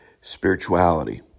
Spirituality